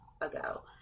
ago